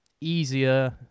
easier